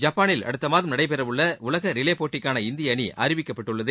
ஜப்பானில் அடுத்த மாதம் நடைபெறவுள்ள உலக ரிலே போட்டிக்கான இந்திய அணி அறிவிக்கப்பட்டுள்ளது